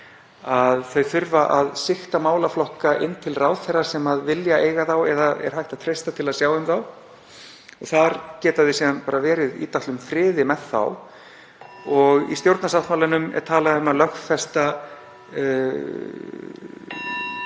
að þau þurfa að sigta málaflokka inn til ráðherra sem vilja eiga þá eða er hægt að treysta til að sjá um þá. Þar geta þeir síðan bara verið í dálitlum friði með þá. (Forseti hringir.) Í stjórnarsáttmálanum er talað um að lögfesta